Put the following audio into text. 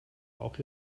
auch